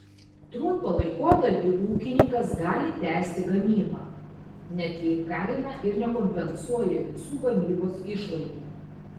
trumpą laikotarpį ūkininkas gali tęsti gamybą net jei kaina ir nekompensuoja visų gamybos išlaidų